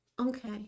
Okay